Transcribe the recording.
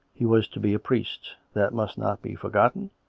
he was to be a priest that must not be forgotten,